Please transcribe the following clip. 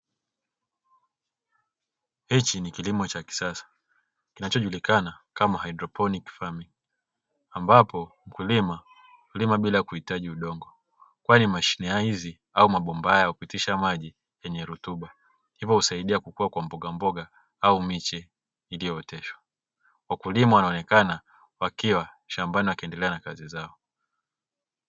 Hiki ni kilimo cha kisasa kinachojulikana kama haidroponiki famingi ambapo mkulima hulima bila kuhitaji udongo kwani mashine hizi au mabomba haya hupitisha maji yenye rutuba hivyo husaidia kukua kwa mboga mboga au miche iliyooteshwa, wakulima wanaonekana katika shambani wakiendelea na kazi zao.